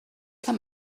come